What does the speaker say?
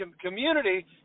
community